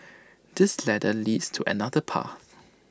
this ladder leads to another path